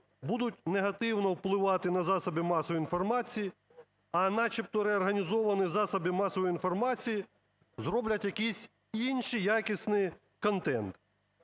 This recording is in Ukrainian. будуть негативно впливати на засоби масової інформації. А начебто реорганізовані засоби масової інформації зроблять якийсь інший якісний контент.